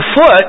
foot